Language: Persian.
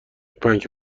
پنکه